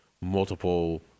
multiple